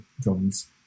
drums